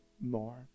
more